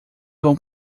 vão